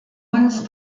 uns